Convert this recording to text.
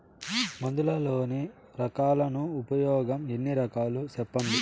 మందులలోని రకాలను ఉపయోగం ఎన్ని రకాలు? సెప్పండి?